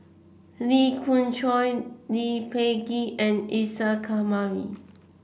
Lee Khoon Choy Lee Peh Gee and Isa Kamari